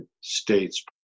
States